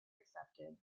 accepted